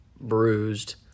bruised